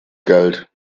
geld